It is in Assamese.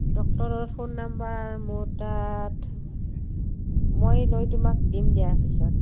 ডক্টৰৰ ফোন নাম্বাৰ মোৰ তাত মই লৈ তোমাক দিম দিয়া পিছত